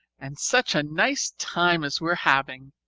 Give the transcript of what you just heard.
and such a nice time as we're having!